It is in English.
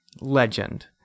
legend